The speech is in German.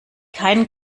keinen